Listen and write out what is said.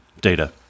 Data